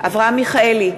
אברהם מיכאלי,